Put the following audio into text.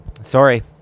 Sorry